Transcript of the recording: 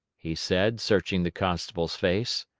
he said, searching the constable's face.